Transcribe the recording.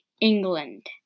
England